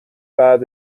بعد